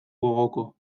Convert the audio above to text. gogoko